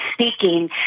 speaking